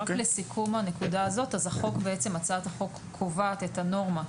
בפוליסה של הצוללים האישיים ושל המרכזים